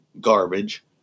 Garbage